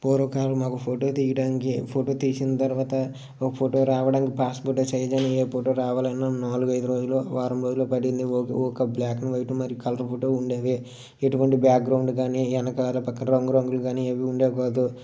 పూర్వకాలం ఒక ఫోటో తీయడానికి ఫోటో తీసిన తర్వాత ఒక ఫోటో రావడం పాస్ ఫోటో సైజ్ను ఏ ఫోటో రావాలన్న నాలుగు ఐదు రోజులు వారం రోజులు పడింది ఒక బ్లాక్ అండ్ వైట్ మరి కలర్ ఫోటో ఉండేవి ఎటువంటి బ్యాక్ గ్రౌండ్ కానీ వెనకాల పక్క రంగు రంగులు కానీ ఏవి ఉండేవి కాదు